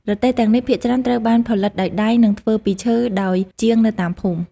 រទេះទាំងនេះភាគច្រើនត្រូវបានផលិតដោយដៃ និងធ្វើពីឈើដោយជាងនៅតាមភូមិ។